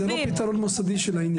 אבל זה לא פתרון מוסדי של העניין.